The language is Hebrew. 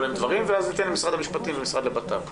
דברים ואחר כך נשמע את משרד המשפטים ולמשרד לביטחון פנים.